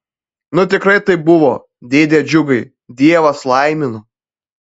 na tikrai taip buvo dėde džiugai dievas laimino